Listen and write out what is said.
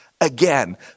again